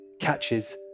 Catches